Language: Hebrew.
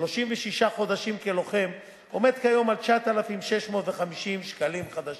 36 חודשים כלוחם עומד כיום על 9,650 שקלים חדשים.